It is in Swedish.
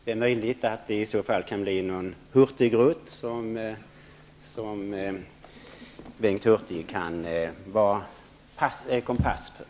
Det är möjligt att det i så fall kan bli någon Hurtigrutt som Bengt Hurtig kan vara kompass för.